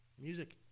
Music